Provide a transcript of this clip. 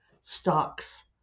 stocks